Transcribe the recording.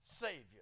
Savior